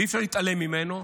ואי-אפשר להתעלם ממנו,